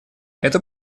это